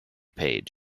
page